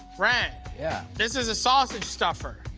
rang? yeah? this is a sausage stuffer.